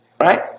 Right